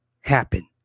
happen